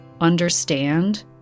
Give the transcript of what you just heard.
understand